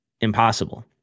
impossible